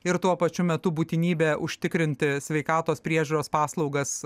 ir tuo pačiu metu būtinybė užtikrinti sveikatos priežiūros paslaugas